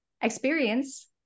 experience